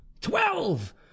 twelve